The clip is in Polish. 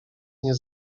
nie